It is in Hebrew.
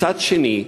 מצד שני,